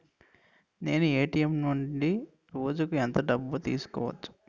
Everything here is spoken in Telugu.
నేను ఎ.టి.ఎం నుండి రోజుకు ఎంత డబ్బు తీసుకోవచ్చు?